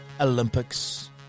Olympics